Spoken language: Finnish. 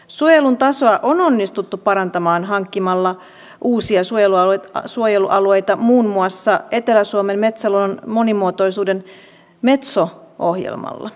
suojelun tasoa on onnistuttu parantamaan hankkimalla uusia suojelualueita muun muassa etelä suomen metsäluonnon monimuotoisuuden metso ohjelmalla